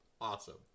awesome